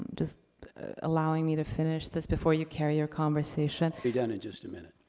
just allowing me to finish this before you carry your conversation. be done in just a minute.